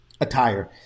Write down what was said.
attire